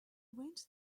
went